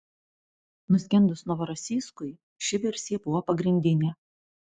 nuskendus novorosijskui ši versija buvo pagrindinė